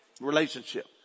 relationship